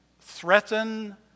threaten